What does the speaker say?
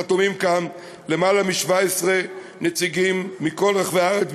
חתומים כאן למעלה מ-17 נציגים מכל רחבי הארץ,